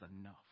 enough